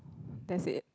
that's it